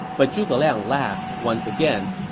but zhuge liang laughed once again